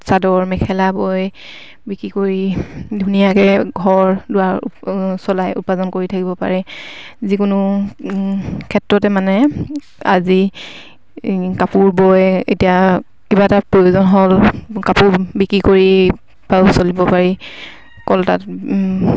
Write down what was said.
চাদৰ মেখেলা বৈ বিক্ৰী কৰি ধুনীয়াকে ঘৰ দুৱাৰ চলাই উপাৰ্জন কৰি থাকিব পাৰে যিকোনো ক্ষেত্ৰতে মানে আজি কাপোৰ বৈ এতিয়া কিবা এটা প্ৰয়োজন হ'ল কাপোৰ বিক্ৰী কৰি চলিব পাৰি কলটাত